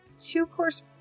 two-course